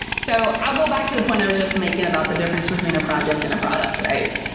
so i'll go back to the point i was just making about the difference between a project and a product, right?